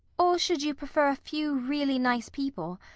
or should you prefer a few really nice people?